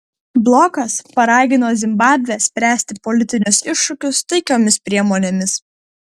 blokas paragino zimbabvę spręsti politinius iššūkius taikiomis priemonėmis